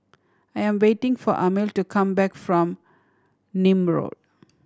I am waiting for Amil to come back from Nim Road